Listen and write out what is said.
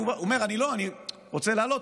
הוא אומר: אני רוצה לעלות,